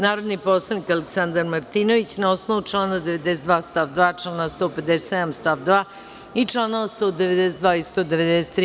Narodni poslanik Aleksandar Martinović, na osnovu člana 92. stav 2, člana 157. stav 2. i čl. 192. i 193.